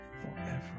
forever